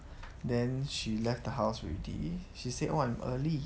then she left the house already she said oh I'm early